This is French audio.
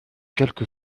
quelque